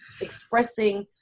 expressing